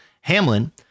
Hamlin